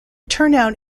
turnout